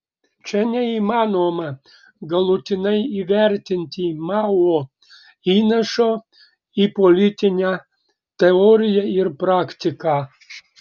čia neįmanoma galutinai įvertinti mao įnašo į politinę teoriją ir praktiką